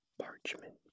parchment